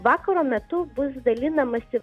vakaro metu bus dalinamasi